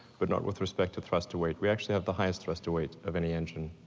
but not with respect to thrust to weight. we actually have the highest thrust to weight of any engine,